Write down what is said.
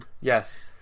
Yes